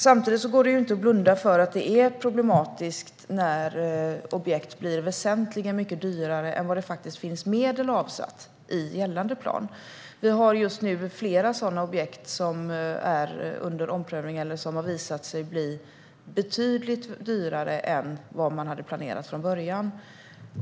Samtidigt går det inte att blunda för att det är problematiskt när objekt blir väsentligen mycket dyrare än vad det finns medel avsatta för i gällande plan. Just nu finns flera sådana objekt som är under omprövning eller som har visat sig bli betydligt dyrare än vad som var planerat från början.